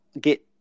get